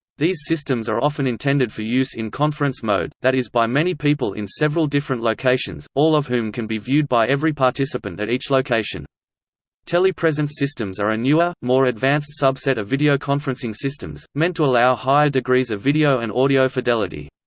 these systems are often intended for use in conference mode, that is by many people in several different locations, all of whom can be viewed by every participant at each location telepresence systems are a newer, more advanced subset of videoconferencing systems, meant to allow higher degrees of video and audio fidelity.